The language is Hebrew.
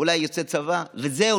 אולי יוצא צבא וזהו.